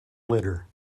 litter